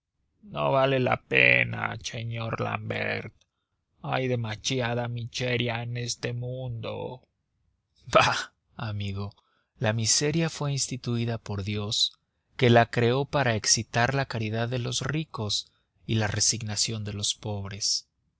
no vale la pena señor l'ambert hay demasiada miseria en este mundo bah amigo mío la miseria fue instituida por dios que la creó para excitar la caridad de los ricos y la resignación de los pobres